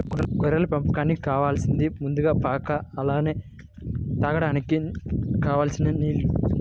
గొర్రెల పెంపకానికి కావాలసింది ముందుగా పాక అలానే తాగడానికి కావలసినన్ని నీల్లు